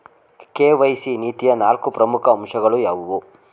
KYC ನೀತಿಯ ನಾಲ್ಕು ಪ್ರಮುಖ ಅಂಶಗಳು ಯಾವುವು?